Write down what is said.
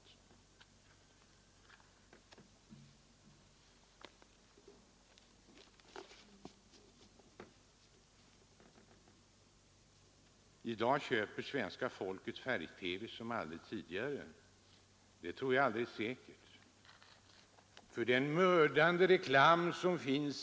Torsdagen den I dag köper svenska folket färg-TV som aldrig tidigare, sade herr 15 mars 1973 Fagerlund. Det tror jag alldeles säkert.